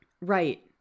Right